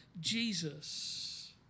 Jesus